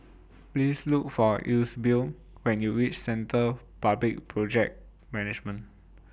Please Look For Eusebio when YOU REACH Centre For Public Project Management